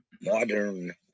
modern